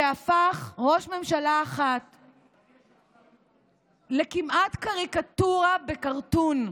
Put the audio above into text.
שהפך ראש ממשלה אחד לכמעט קריקטורה ב-cartoon,